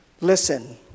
Listen